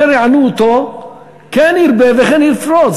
כאשר יענו אותו כן ירבה וכן יפרוץ.